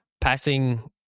Passing